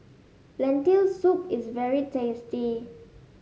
Lentil Soup is very tasty